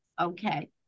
Okay